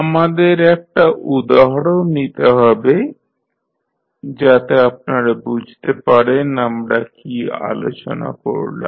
আমাদের একটা উদাহরণ নিতে হবে যাতে আপনারা বুঝতে পারেন আমরা কী আলোচনা করলাম